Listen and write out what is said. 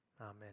Amen